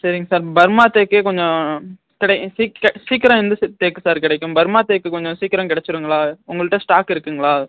சரிங்க sir Burma தேக்கே கொஞ்சம் சரி சீக்க சீக்கிரம் எந்த தேக்கு சார் கிடைக்கும் பர்மா தேக்கு கொஞ்சம் சீக்கிரம் கிடைச்சிருங்களா உங்கள்கிட்ட ஸ்டாக் இருக்குங்களா